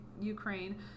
Ukraine